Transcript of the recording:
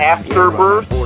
Afterbirth